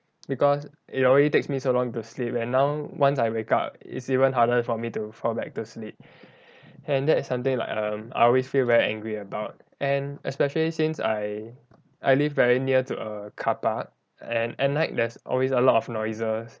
because it already takes me so long to sleep and now once I wake up it's even harder for me to fall back to sleep and that is something like um I always feel very angry about and especially since I I lived very near to a car park and at night there's always a lot of noises